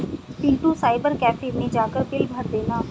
Pintu cyber cafe मैं जाकर bill भर देना